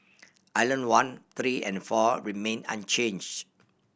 island one three and four remained unchanged